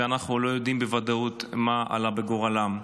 ואנחנו לא יודעים בוודאות מה עלה בגורלם.